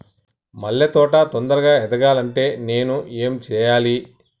మల్లె తోట తొందరగా ఎదగాలి అంటే నేను ఏం చేయాలి?